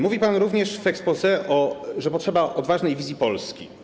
Mówił pan również w exposé, że potrzeba odważnej wizji Polski.